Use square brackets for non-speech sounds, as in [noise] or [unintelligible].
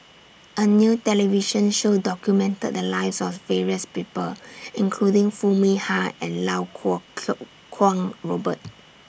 A New television Show documented The Lives of various People including Foo Mee Har and Lau Kuo [unintelligible] Kwong Robert